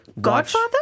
Godfather